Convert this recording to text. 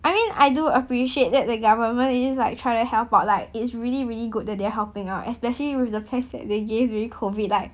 I mean I do appreciate that the government is like trying to help out like it's really really good that they are helping out especially with the plans that they gave during COVID like